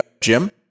Jim